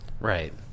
Right